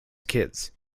kids